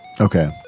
Okay